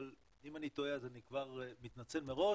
אבל אם אני טועה אז אני כבר מתנצל מראש,